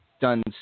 done